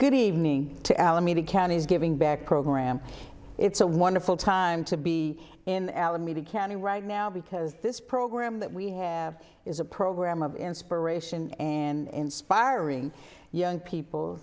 good evening to alameda county is giving back program it's a wonderful time to be in alameda county right now because this program that we have is a program of inspiration and inspiring young people